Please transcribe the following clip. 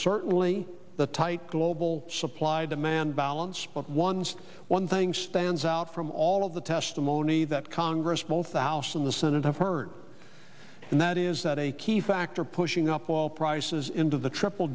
certainly the tight global supply demand balance but once one thing stands out from all of the testimony that congress both the house and the senate have heard and that is is that a key factor pushing up all prices into the triple